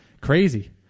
Crazy